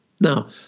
Now